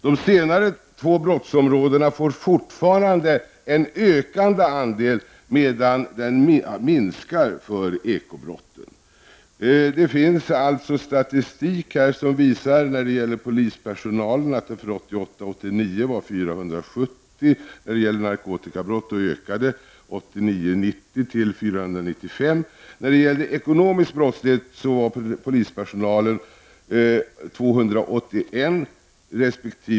De senare två brottsområdena får en ökande andel polispersonal, medan så inte är fallet för ekobrotten.